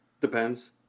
depends